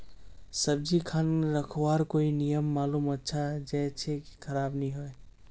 सब्जी खान रखवार कोई नियम मालूम अच्छा ज की खराब नि होय?